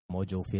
Mojo